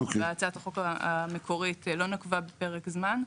הצעת החוק המקורית לא נקבה בפרק זמן,